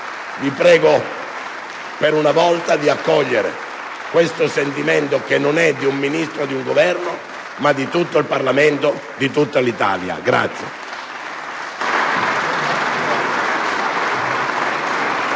Vi prego, per una volta, di accogliere questo sentimento, che non è di un Ministro o di un Governo, ma di tutto il Parlamento e di tutta l'Italia.